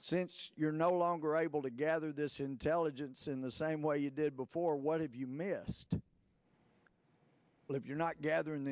since you're no longer able to gather this intelligence in the same way you did before what if you missed but if you're not gathering